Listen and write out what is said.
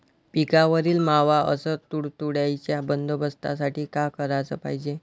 पिकावरील मावा अस तुडतुड्याइच्या बंदोबस्तासाठी का कराच पायजे?